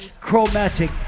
Chromatic